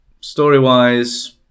Story-wise